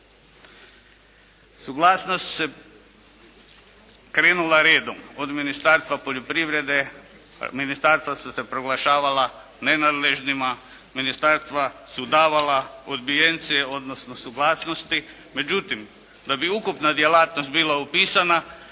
Suglasnost je krenula redom od Ministarstva poljoprivrede. Ministarstva su se proglašavala nenadležnima, ministarstva su davala odbijencije odnosno suglasnosti. Međutim, da bi ukupna djelatnost bila upisana